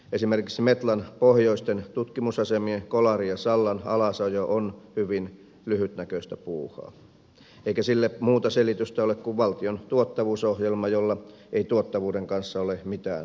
esimerkiksi metlan pohjoisten tutkimusasemien kolarin ja sallan alasajo on hyvin lyhytnäköistä puuhaa eikä sille muuta selitystä ole kuin valtion tuottavuusohjelma jolla ei tuottavuuden kanssa ole mitään tekemistä